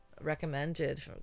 recommended